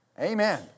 Amen